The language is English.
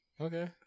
Okay